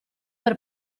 per